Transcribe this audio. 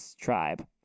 Tribe